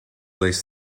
less